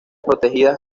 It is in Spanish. protegidas